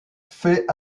fait